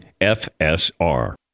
FSR